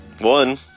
One